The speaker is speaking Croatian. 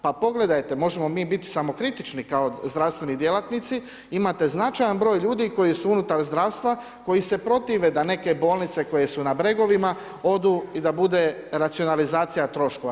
Pa pogledajte, možemo mi biti samokritični kao zdravstveni djelatnici, imate značajan broj ljudi koji su unutar zdravstva, koji se protive da neke bolnice koje su na bregovima odu i da bude racionalizacija troškova.